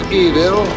evil